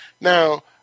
Now